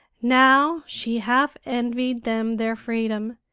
now she half envied them their freedom,